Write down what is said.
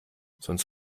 sonst